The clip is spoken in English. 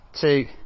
Two